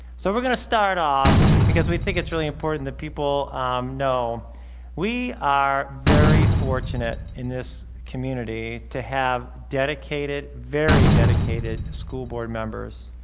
so we're gonna start off because we think it's really important that people know we are very fortunate in this community to have dedicated, very dedicated school board members.